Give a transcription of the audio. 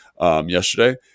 yesterday